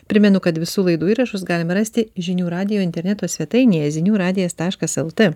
primenu kad visų laidų įrašus galima rasti žinių radijo interneto svetainėje zinių radijas tašlas lt